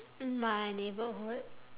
in my neighbourhood